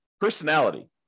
personality